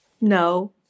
No